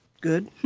good